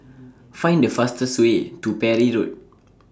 Find The fastest Way to Parry Road